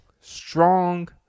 strong